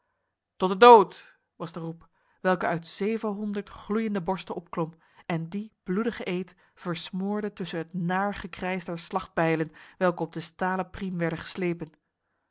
tot de dood was de roep welke uit zevenhonderd gloeiende borsten opklom en die bloedige eed versmoorde tussen het naar gekrijs der slachtbijlen welke op de stalen priem werden geslepen